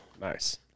Nice